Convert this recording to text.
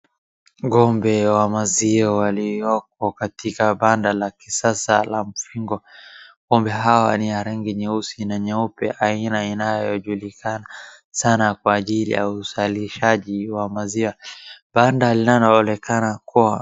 Ng'ombe wa maziwa walioko katika banda la kisasa la mifugo. Ng'ombe hawa ni ya rangi nyeusi na nyeupe aina inayojulikana sana kwa ajili ya uzalishaji wa maziwa. Banda linaloonekana kuwa